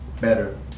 better